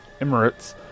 Emirates